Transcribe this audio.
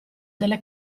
delle